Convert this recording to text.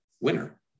winner